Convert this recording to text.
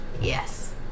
Yes